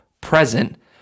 present